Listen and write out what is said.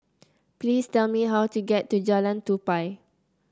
please tell me how to get to Jalan Tupai